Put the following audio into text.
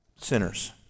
sinners